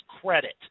credit